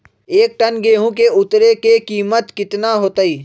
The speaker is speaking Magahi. एक टन गेंहू के उतरे के कीमत कितना होतई?